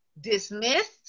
dismissed